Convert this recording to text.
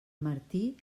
martí